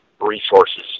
resources